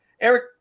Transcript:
Eric